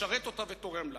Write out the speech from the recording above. משרת אותה ותורם לה.